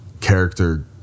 character-